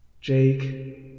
Jake